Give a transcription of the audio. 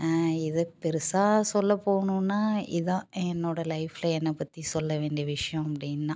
இது பெரிசா சொல்லப் போகணும்னா இதுதான் என்னோடய லைஃபில் என்ன பற்றி சொல்ல வேண்டிய விஷயம் அப்படின்னா